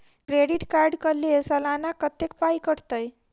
Credit card कऽ लेल सलाना कत्तेक पाई कटतै?